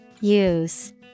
Use